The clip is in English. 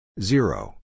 Zero